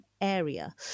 area